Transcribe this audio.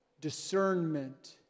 discernment